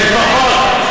לפחות.